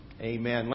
amen